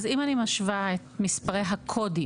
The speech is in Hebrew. אז אם אני משווה את מספרי הקודים,